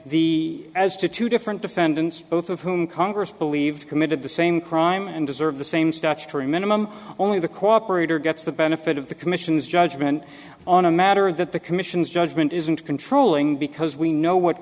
the as to two different defendants both of whom congress believe committed the same crime and deserve the same stature a minimum only the cooperate or gets the benefit of the commission's judgment on a matter that the commission's judgment isn't controlling because we know what